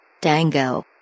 Dango